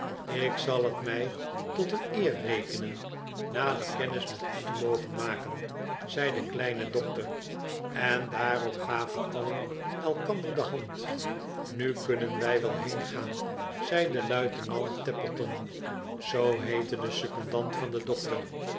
ik zal het mij tot een eer rekenen nader kennis met u te mogen maken zei de kleine dokter en daarop gaven alien elkander de hand nu kunnen wij wel heengaan zei luitenant tappleton zoo heette de secondant van den dokter